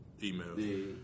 emails